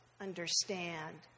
understand